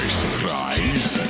surprise